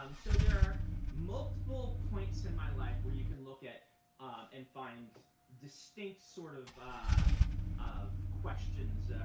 um so there are multiple points in my life where you can look at and find distinct sort of of questions,